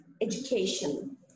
Education